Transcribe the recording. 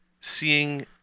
Seeing